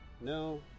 No